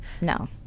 no